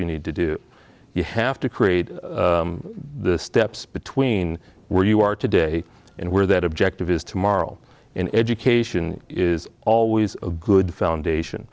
you need to do you have to create the steps between where you are today and where that objective is tomorrow in education is always a good foundation